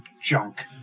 junk